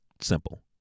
simple